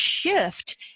shift